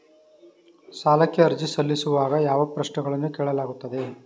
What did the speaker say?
ಸಾಲಕ್ಕೆ ಅರ್ಜಿ ಸಲ್ಲಿಸುವಾಗ ಯಾವ ಪ್ರಶ್ನೆಗಳನ್ನು ಕೇಳಲಾಗುತ್ತದೆ?